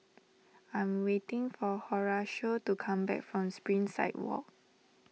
I'm waiting for Horacio to come back from Springside Walk